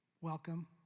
Welcome